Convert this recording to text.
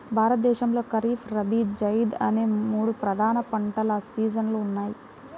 భారతదేశంలో ఖరీఫ్, రబీ, జైద్ అనే మూడు ప్రధాన పంటల సీజన్లు ఉన్నాయి